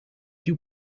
dew